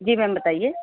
جی ma'am بتائیے